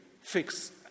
fix